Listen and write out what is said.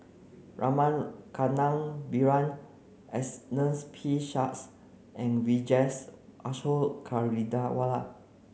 Rama Kannabiran P and Vijesh Ashok Ghariwala